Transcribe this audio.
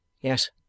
Yes